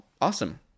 Awesome